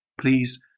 Please